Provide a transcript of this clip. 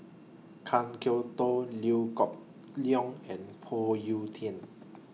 Kan Kwok Toh Liew Geok Leong and Phoon Yew Tien